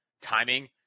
timing